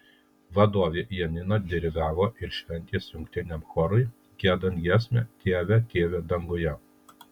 vadovė janina dirigavo ir šventės jungtiniam chorui giedant giesmę dieve tėve danguje